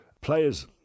Players